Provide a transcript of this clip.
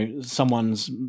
someone's